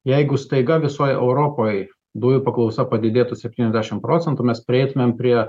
jeigu staiga visoj europoj dujų paklausa padidėtų septyniasdešim procentų mes prieitumėm prie